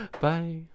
Bye